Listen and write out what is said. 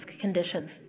conditions